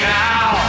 now